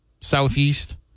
southeast